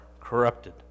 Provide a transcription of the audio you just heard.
corrupted